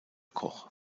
koch